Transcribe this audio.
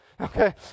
Okay